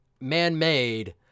man-made